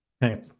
Hey